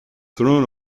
thrown